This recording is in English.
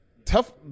Tough